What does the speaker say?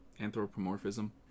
Anthropomorphism